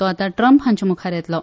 तो आता ट्रम्प हांच्या मुखार येतलो